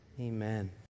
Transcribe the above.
Amen